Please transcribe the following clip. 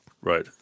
right